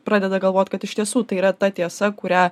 pradeda galvot kad iš tiesų tai yra ta tiesa kurią